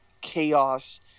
chaos